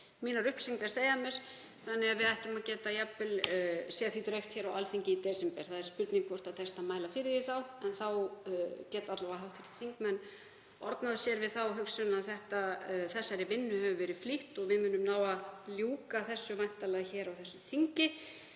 mínar upplýsingar segja mér, þannig að við ættum jafnvel að geta séð því dreift hér á Alþingi í desember. Það er spurning hvort tekst að mæla fyrir því þá. En þá geta hv. þingmenn alla vega ornað sér við þá hugsun að þessari vinnu hefur verið flýtt og við munum ná að ljúka þessu væntanlega hér á þingi